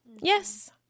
Yes